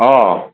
অঁ